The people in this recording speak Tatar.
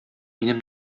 минем